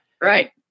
Right